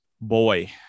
Boy